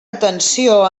atenció